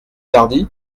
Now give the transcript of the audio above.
tardy